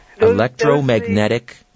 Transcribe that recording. Electromagnetic